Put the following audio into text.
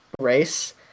race